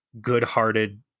good-hearted